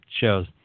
shows